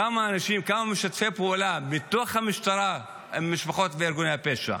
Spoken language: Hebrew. כמה משתפי פעולה מתוך המשטרה הם משפחות וארגוני הפשע?